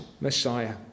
Messiah